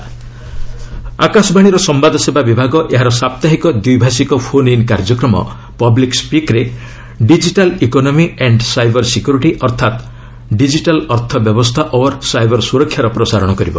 ମଷ୍ଟ announcement ଆକାଶବାଣୀର ସମ୍ଘାଦସେବା ବିଭାଗ ଏହାର ସାପ୍ତାହିକ ଦ୍ୱିଭାଷିକ ଫୋନ୍ ଇନ୍ କାର୍ଯ୍ୟକ୍ରମ ପବ୍ଲିକ୍ ସ୍ୱିକ୍ ରେ digital economy and cyber security ଅର୍ଥାତ୍ ଡିଜିଟାଲ୍ ଅର୍ଥ ବ୍ୟବସ୍ଥା ଔର୍ ସାଇବର ସୁରକ୍ଷାର ପ୍ରସାରଣ କରିବ